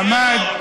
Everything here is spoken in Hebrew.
עמד,